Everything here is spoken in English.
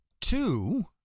two